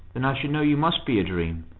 then i should know you must be a dream,